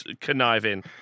conniving